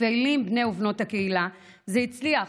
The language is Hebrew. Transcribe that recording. ופעילים בני ובנות הקהילה, זה הצליח: